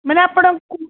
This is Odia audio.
ମାନେ ଆପଣଙ୍କୁ